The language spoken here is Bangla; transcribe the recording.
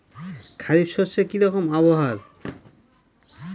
খরিফ শস্যে কি রকম আবহাওয়ার?